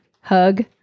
hug